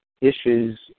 issues